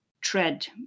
tread